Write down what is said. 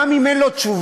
גם אם אין לו תשובה,